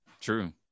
True